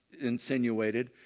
insinuated